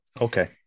Okay